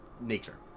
nature